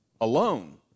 alone